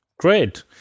Great